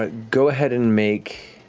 ah go ahead and make.